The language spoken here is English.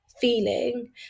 feeling